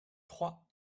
trois